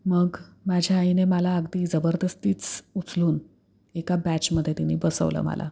मग माझ्या आईने माला अगदी जबरदस्तीच उचलून एका बॅचमध्ये तिने बसवलं मला